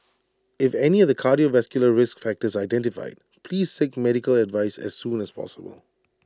if any of the cardiovascular risk factors are identified please seek medical advice as soon as possible